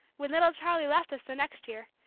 when little charlie left us, the next year,